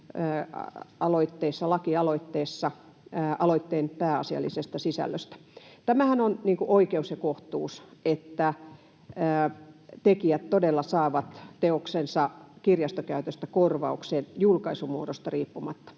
lakialoitteessa aloitteen pääasiallisesta sisällöstä. Tämähän on oikeus ja kohtuus, että tekijät todella saavat teostensa kirjastokäytöstä korvauksen julkaisumuodosta riippumatta.